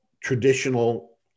traditional